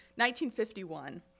1951